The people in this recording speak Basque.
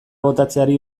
botatzeari